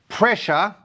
pressure